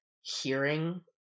hearing